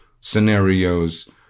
scenarios